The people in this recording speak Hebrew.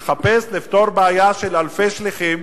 אני מחפש לפתור בעיה של אלפי שליחים,